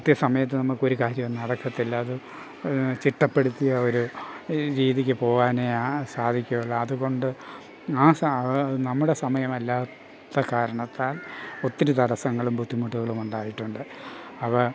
കൃത്യസമയത്ത് നമുക്ക് ഒരു കാര്യവും നടക്കത്തില്ല അത് ചിട്ടപ്പെടുത്തിയ ഒരു ഈ രീതിക്ക് പോകാനേ ആ സാധിക്കുകയുള്ളു അതുകൊണ്ട് ആ നമ്മുടെ സമയമല്ലാത്ത കാരണത്താൽ ഒത്തിരി തടസങ്ങളും ബുദ്ധിമുട്ടുകളും ഉണ്ടായിട്ടുണ്ട് അപ്പ